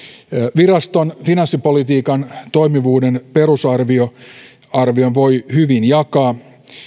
viraston finanssipolitiikan toimivuuden perusarvion voi hyvin jakaa